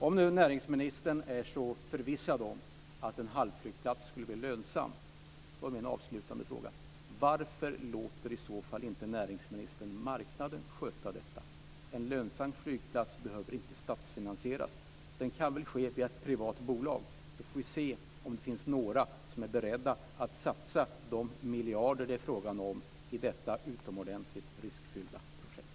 Om nu näringsministern är så förvissad om att en Hall-flygplats skulle bli lönsam, så är min avslutande fråga: Varför låter i sådana fall inte näringsministern marknaden sköta detta? En lönsam flygplats behöver inte statsfinansieras. Den kan skötas via ett privat bolag. Då får vi se om det finns några som är beredda att satsa de miljarder som det är fråga om i detta utomordentligt riskfyllda projekt.